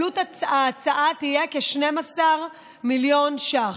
עלות ההצעה תהיה כ-12 מיליון ש"ח.